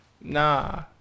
Nah